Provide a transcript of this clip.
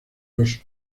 los